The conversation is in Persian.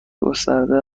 گسترده